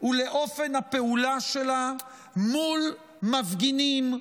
ולאופן הפעולה שלה מול מפגינים,